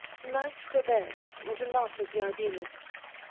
like flaubert, was the last of the idealists,